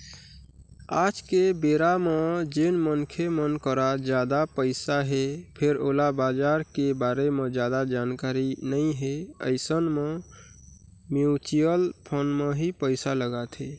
आज के बेरा म जेन मनखे मन करा जादा पइसा हे फेर ओला बजार के बारे म जादा जानकारी नइ हे अइसन मन म्युचुअल फंड म ही पइसा लगाथे